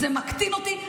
זה מקטין אותי.